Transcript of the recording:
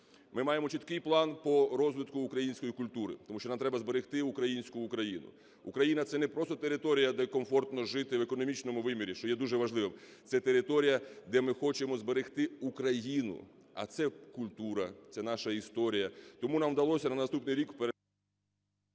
Ми маємо чіткий план по розвитку української культури, тому що нам треба зберегти українську Україну. Україна – це не просто територія, де комфортно жити в економічному вимірі, що є дуже важливим. Це територія, де ми хочемо зберегти Україну, а це культура, це наша історія. Тому нам вдалося на наступний рік… Веде